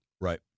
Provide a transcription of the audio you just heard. Right